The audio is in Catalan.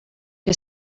que